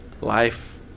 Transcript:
life